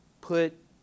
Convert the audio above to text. put